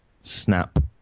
Snap